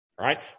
right